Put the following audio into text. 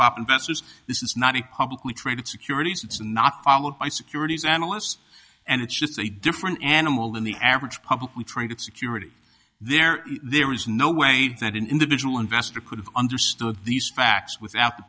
pop investors this is not a publicly traded securities it's not followed by securities analysts and it's just a different animal than the average publicly traded security there there is no way that an individual investor could have understood these facts without the